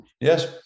yes